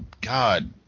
God